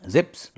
Zips